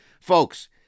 folks